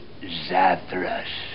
Zathras